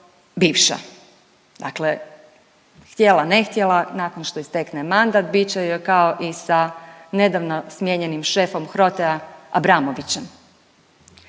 bivša. Dakle, htjela, ne htjela nakon što joj istekne mandat bit će joj kao i sa nedavno smijenjenim šefom HROTE-a Abramovićem.